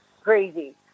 crazy